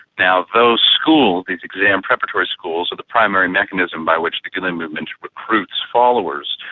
now, those schools, these exam preparatory schools are the primary mechanism by which the gulen movement recruits followers.